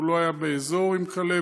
הוא לא היה באזור עם כלבת,